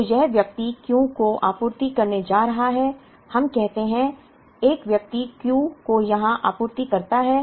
तो यह व्यक्ति Q को आपूर्ति करने जा रहा है हम कहते हैं एक व्यक्ति Q को यहाँ आपूर्ति करता है